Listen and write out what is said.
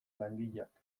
langileak